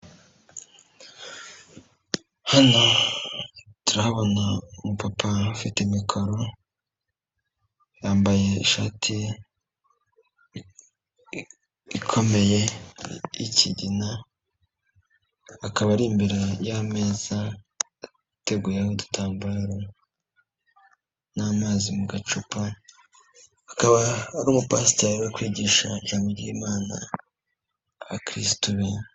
Hano turabona umupapa ufite mikoro, yambaye ishati ikomeye y'ikigina, akaba ari imbere y'ameza ateguyeho udutambaro, n'amazi mu gacupa, akaba ari umupasiteri uri kwigisha ijambo ry'imana abakirisitu benshi.